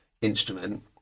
instrument